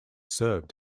served